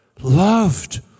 loved